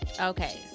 Okay